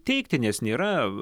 teikti nes nėra